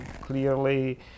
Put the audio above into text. clearly